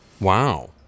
Wow